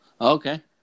Okay